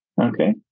okay